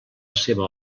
seva